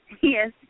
Yes